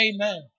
Amen